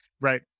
Right